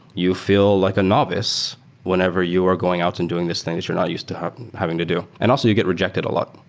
you feel like a novice whenever you are going out and doing this thing that you're not used to having to do. and also, you get rejected a lot